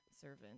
servant